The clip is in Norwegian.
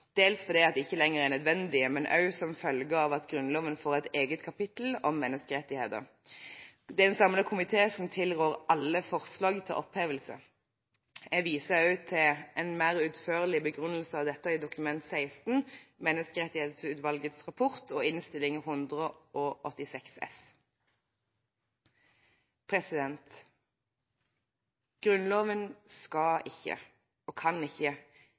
dels fordi de ikke lenger er nødvendige, men også som følge av at Grunnloven får et eget kapittel om menneskerettigheter. Det er en samlet komité som tilrår alle forslag til opphevelse. Jeg viser også til en mer utførlig begrunnelse av dette i Dokument 16, Menneskerettighetsutvalgets rapport, og til Innst. 186 S for 2013–2014. Grunnloven skal ikke og kan ikke